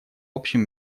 общем